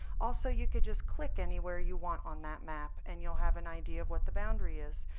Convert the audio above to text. also you could just click anywhere you want on that map, and you'll have an idea of what the boundary is.